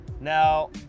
Now